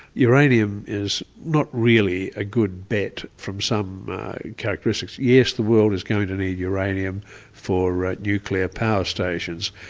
uranium is not really a good bet from some characteristics. yes, the world is going to need uranium for nuclear power stations,